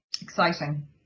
exciting